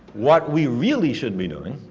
what we really should be doing,